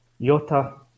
Yota